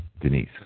Denise